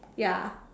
ya